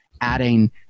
adding